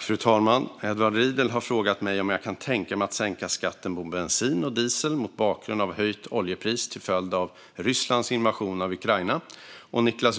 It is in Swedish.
Fru talman! Edward Riedl har frågat mig om jag kan tänka mig att sänka skatten på bensin och diesel mot bakgrund av höjt oljepris till följd av Rysslands invasion av Ukraina. Niklas